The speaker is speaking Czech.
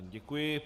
Děkuji.